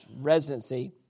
residency